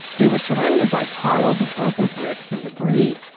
they were surrounded by piles of broken bricks and debris,